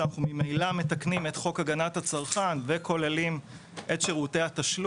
שאנחנו ממילא מתקנים את חוק הגנת הצרכן וכוללים את שירותי התשלום